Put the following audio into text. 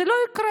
זה לא יקרה.